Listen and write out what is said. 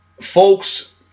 folks –